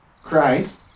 Christ